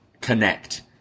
connect